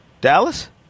Dallas